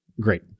Great